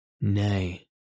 Nay